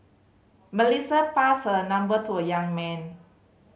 Melissa passed her number to a young man